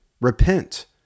Repent